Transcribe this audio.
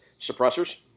suppressors